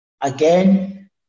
Again